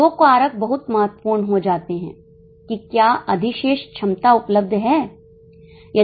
अब दो कारक बहुत महत्वपूर्ण हो जाते हैं कि क्या अधिशेष क्षमता उपलब्ध है